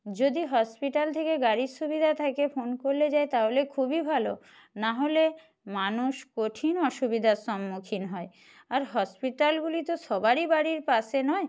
যদি হসপিটাল থেকে গাড়ির সুবিধা থাকে ফোন করলে যায় তাহলে খুবই ভালো নাহলে মানুষ কঠিন অসুবিধার সম্মুখীন হয় আর হসপিটালগুলি তো সবারই বাড়ির পাশে নয়